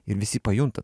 ir visi pajunta